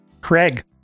Craig